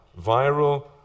viral